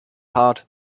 hart